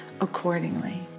accordingly